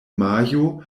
majo